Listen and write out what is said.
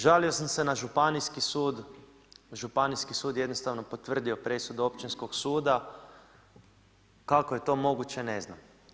Žalio sam se na županijski sud, županijski sud jednostavno potvrdio presudu općinskog suda, kako je to moguće, ne znam.